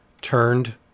turned